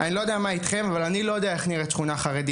אני לא יודע מה איתכם אבל אני לא יודע איך נראית שכונה חרדית,